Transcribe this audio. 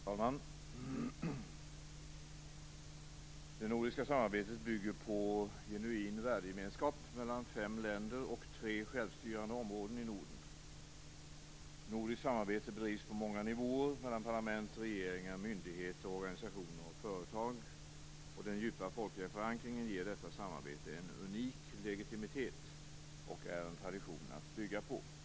Fru talman! "Det nordiska samarbetet bygger på genuin värdegemenskap mellan fem länder och tre självstyrande områden i Norden. Nordiskt samarbete bedrivs på många nivåer mellan parlament, regeringar, myndigheter, organisationer och företag. Den djupa folkliga förankringen ger detta samarbete en unik legitimitet och är en tradition att bygga på."